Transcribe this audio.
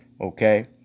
okay